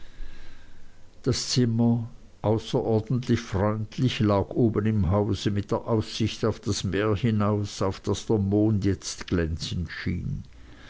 das zimmer außerordentlich freundlich lag oben im hause mit der aussicht auf das meer hinaus auf das der mond jetzt glänzend schien